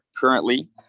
currently